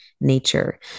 nature